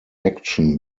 action